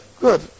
good